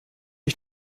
ich